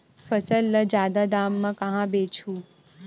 फसल ल जादा दाम म कहां बेचहु?